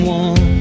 one